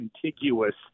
contiguous